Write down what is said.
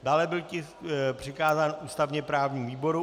Dále byl tisk přikázán ústavněprávnímu výboru.